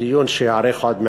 בדיון שייערך עוד מעט,